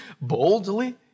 boldly